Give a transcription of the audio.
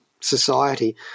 society